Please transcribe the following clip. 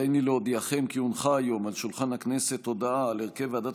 הריני להודיעכם כי הונחה היום על שולחן הכנסת הודעה על הרכב ועדת